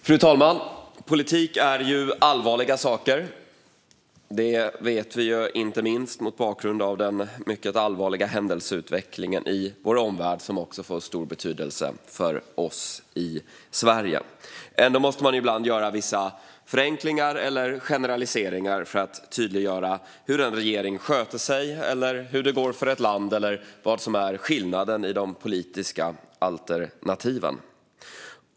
Fru talman! Politik är allvarliga saker. Det vet vi inte minst mot bakgrund av den mycket allvarliga händelseutvecklingen i vår omvärld som också får stor betydelse för oss i Sverige. Ändå måste man ibland göra vissa förenklingar eller generaliseringar för att tydliggöra hur en regering sköter sig, hur det går för ett land eller vad som är skillnaden mellan de politiska alternativen.